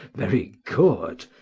very good.